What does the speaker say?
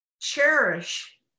cherish